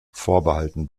vorbehalten